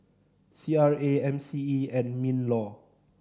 C R A M C E and MinLaw